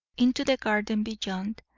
into the garden beyond,